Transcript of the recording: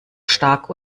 stark